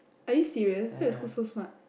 are you serious why your school so smart